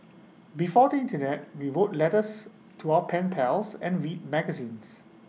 before the Internet we wrote letters to our pen pals and read magazines